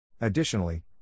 Additionally